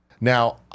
Now